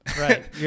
Right